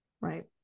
right